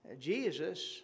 Jesus